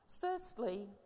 Firstly